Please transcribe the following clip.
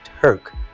Turk